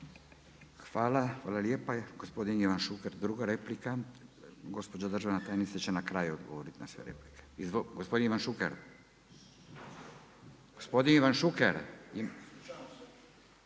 Hvala lijepa. Gospodin Ivan Šuker druga replika. Gospođa